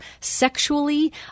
sexually